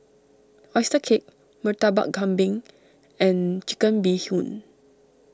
Oyster Cake Murtabak Kambing and Chicken Bee Hoon